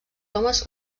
homes